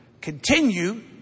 continue